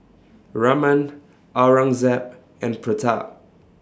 Raman Aurangzeb and Pratap